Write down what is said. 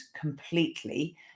completely